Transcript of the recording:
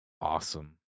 awesome